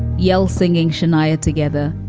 yell singing shanaya together,